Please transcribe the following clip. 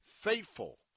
Faithful